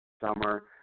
summer